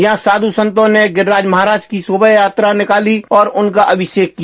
यहाँ साधु संतों ने गिरिराज महाराज की शोभा यात्रा निकाली और उनका अभिषेक किया